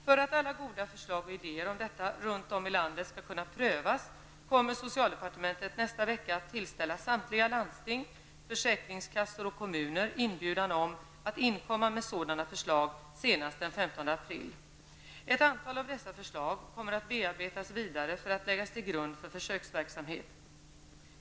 För att alla goda förslag och idéer om detta runt om i landet skall kunna prövas kommer socialdepartementet nästa vecka att tillställa samtliga landsting, försäkringskassor och kommuner inbjudan om att inkomma med sådana förslag senast den 15 april. Ett antal av dessa förslag kommer att bearbetas vidare för att läggas till grund för försöksverksamhet.